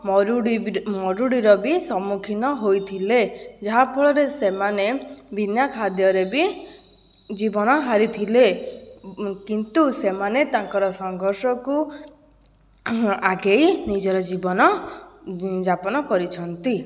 ମରୁଡ଼ି ମରୁଡ଼ିର ବି ସମ୍ମୁଖୀନ ହୋଇଥିଲେ ଯାହାଫଳରେ ସେମାନେ ବିନା ଖାଦ୍ୟରେ ବି ଜୀବନ ହାରିଥିଲେ କିନ୍ତୁ ସେମାନେ ତାଙ୍କର ସଂଘର୍ଷକୁ ଆଗେଇ ନିଜର ଜୀବନ ଯାପନ କରିଛନ୍ତି